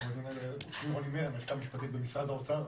שמי רוני מר, אני מהלשכה המשפטית במשרד האוצר.